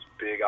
big